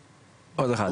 6,